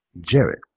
Jared